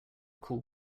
call